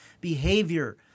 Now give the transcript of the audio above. behavior